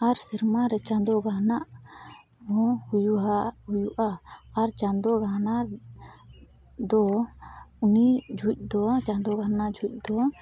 ᱟᱨ ᱥᱮᱨᱢᱟᱨᱮ ᱪᱟᱸᱫᱳ ᱜᱟᱦᱱᱟᱜᱦᱚᱸ ᱦᱩᱭᱩᱜᱼᱟ ᱟᱨ ᱪᱟᱸᱫᱳ ᱜᱟᱦᱱᱟ ᱫᱚ ᱩᱱᱤ ᱡᱚᱦᱚᱜᱫᱚ ᱪᱟᱸᱫᱳ ᱜᱟᱦᱱᱟ ᱡᱚᱦᱚᱜᱫᱚ